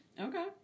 Okay